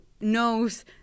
knows